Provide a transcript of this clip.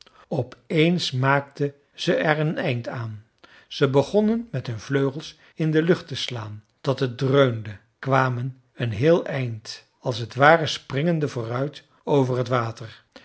op eens maakten ze er een eind aan ze begonnen met hun vleugels in de lucht te slaan dat het dreunde kwamen een heel eind als t ware springende vooruit over het water